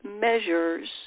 measures